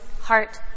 heart